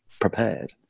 prepared